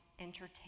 entertain